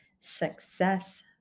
Success